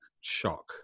shock